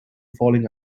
falling